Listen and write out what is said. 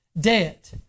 debt